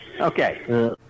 Okay